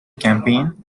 campaign